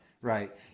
right